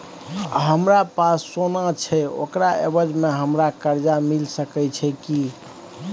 हमरा पास सोना छै ओकरा एवज में हमरा कर्जा मिल सके छै की?